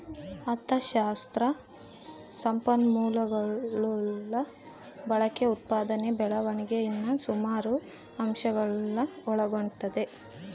ಅಥಶಾಸ್ತ್ರ ಸಂಪನ್ಮೂಲಗುಳ ಬಳಕೆ, ಉತ್ಪಾದನೆ ಬೆಳವಣಿಗೆ ಇನ್ನ ಸುಮಾರು ಅಂಶಗುಳ್ನ ಒಳಗೊಂಡತೆ